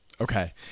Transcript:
Okay